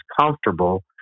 comfortable